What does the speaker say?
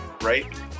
right